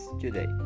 today